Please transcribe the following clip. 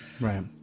Right